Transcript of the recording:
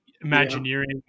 Imagineering